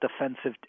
defensive